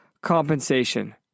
compensation